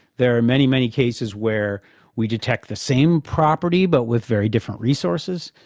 there are many, many cases where we detect the same property but with very different resources,